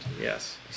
Yes